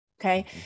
Okay